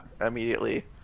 immediately